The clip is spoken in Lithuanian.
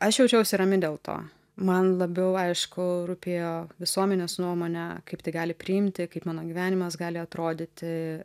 aš jaučiausi rami dėl to man labiau aišku rūpėjo visuomenės nuomonė kaip tai gali priimti kaip mano gyvenimas gali atrodyti